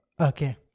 okay